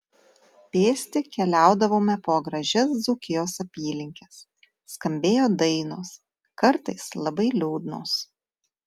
pėsti keliaudavome po gražias dzūkijos apylinkes skambėjo dainos kartais labai liūdnos